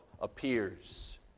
appears